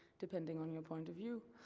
depending on your point of view,